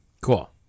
cool